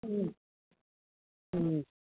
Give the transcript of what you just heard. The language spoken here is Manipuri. ꯎꯝ ꯎꯝ